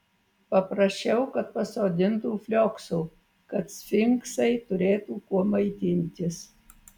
paprašiau kad pasodintų flioksų kad sfinksai turėtų kuo maitintis